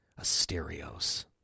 Asterios